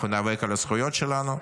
אנחנו ניאבק על הזכויות שלנו,